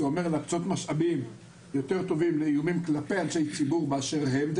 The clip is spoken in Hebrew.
זה אומר להקצות משאבים יותר טובים לאיומים כלפי אנשי ציבור באשר הם,